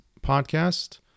podcast